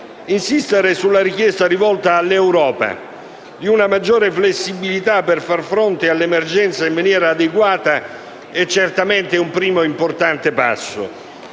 Insistere sulla richiesta rivolta all'Europa di una maggiore flessibilità per far fronte all'emergenza in maniera adeguata è certamente un primo importante passo.